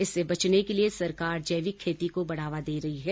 इससे बचने के लिए सरकार जैविक खेती को बढावा दे रही है